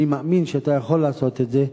אני מאמין שאתה יכול לעשות את זה.